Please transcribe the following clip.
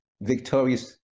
victorious